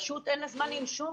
פשוט אין לה זמן לנשום.